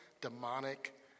demonic